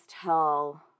tell